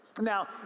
Now